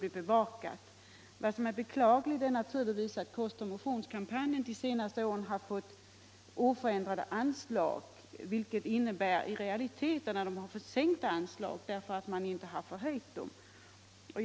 Det är också beklagligt att kostoch motionskampanjen under de senaste åren fått oförändrade anslag, vilket i realiteten innebär att den fått sänkta anslag.